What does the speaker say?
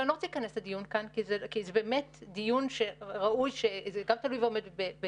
אני לא רוצה להיכנס לדיון כאן כי זה דיון שתלוי ועומד בבג"ץ,